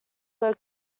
are